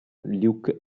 luke